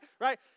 Right